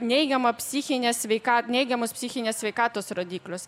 neigiamą psichinę sveika neigiamus psichinės sveikatos rodiklius